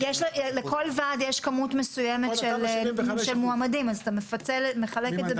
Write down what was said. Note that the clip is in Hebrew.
לכל ועד יש כמות מסוימת של מועמדים אז אתה מחלק את זה